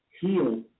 heal